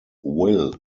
will